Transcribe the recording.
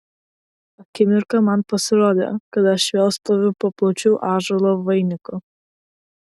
akimirką man pasirodė kad aš vėl stoviu po plačiu ąžuolo vainiku